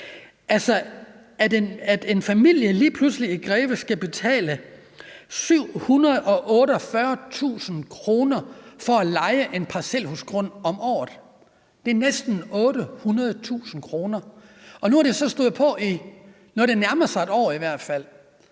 i Greve skal lige pludselig betale 748.000 kr. for at leje en parcelhusgrund om året. Det er næsten 800.000 kr. Og nu har det så stået på i noget, der nærmer sig et år, og det har